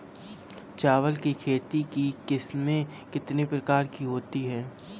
चावल की खेती की किस्में कितने प्रकार की होती हैं?